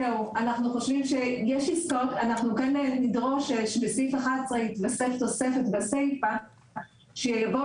אנחנו כן נדרוש שבסעיף 11 התווסף תוספת בסייפא שיבואו